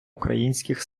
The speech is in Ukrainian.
українських